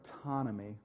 autonomy